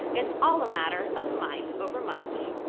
it's all a matter of mind over munch.